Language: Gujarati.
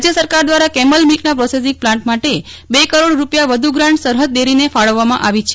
રાજય સરકાર દવારા કેમલ મિલ્કના પ્રોસેસિંગ પ્લાન્ટ માટે ર કરોડ રૂપિયા વધુ ગ્રાન્ટ સરહદ ડેરીને ફાળવવામાં આવી છે